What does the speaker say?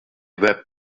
were